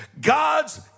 God's